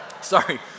sorry